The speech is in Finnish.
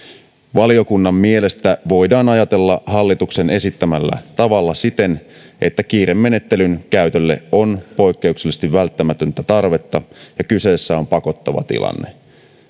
valiokunnan mielestä voidaan ajatella hallituksen esittämällä tavalla siten että kiiremenettelyn käytölle on poikkeuksellisesti välttämätöntä tarvetta ja kyseessä on pakottava tilanne